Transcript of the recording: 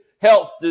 health